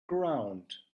ground